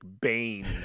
bane